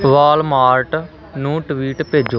Walmart ਨੂੰ tweet ਭੇਜੋ